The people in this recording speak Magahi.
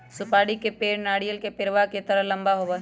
सुपारी के पेड़ नारियल के पेड़वा के तरह लंबा होबा हई